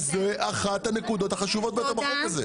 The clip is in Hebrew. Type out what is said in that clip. זאת אחת הנקודות החשובות בחוק הזה.